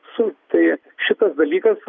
su tai šitas dalykas